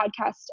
podcast